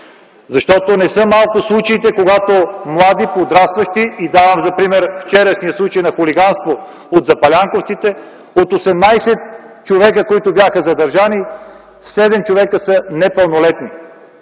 защото не са малко случаите с млади, подрастващи. Давам за пример вчерашния случай на хулиганство от запалянковците – от 18 човека, които бяха задържани, 7 са непълнолетни.